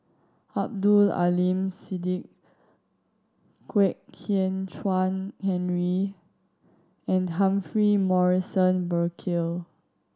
Abdul Aleem Siddique Kwek Hian Chuan Henry and Humphrey Morrison Burkill